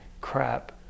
crap